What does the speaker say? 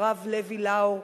הרב לוי לאור,